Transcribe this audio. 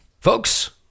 Folks